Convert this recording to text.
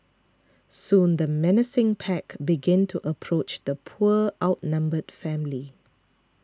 soon the menacing pack began to approach the poor outnumbered family